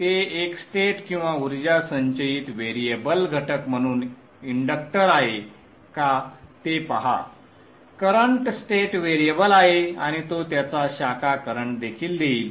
ते एक स्टेट किंवा ऊर्जा संचयित व्हेरिएबल घटक म्हणून इंडक्टर आहे का ते पहा करंट स्टेट व्हेरिएबल आहे आणि तो त्याचा शाखा करंट देखील देईल